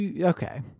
Okay